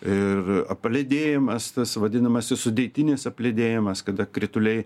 ir apledėjimas tas vadinamasis sudėtinis apledėjimas kada krituliai